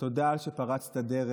תודה על שפרצת דרך,